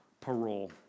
parole